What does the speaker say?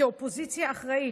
כאופוזיציה אחראית,